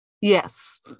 Yes